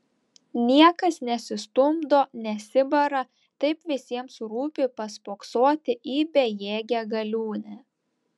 niekas nesistumdo nesibara taip visiems rūpi paspoksoti į bejėgę galiūnę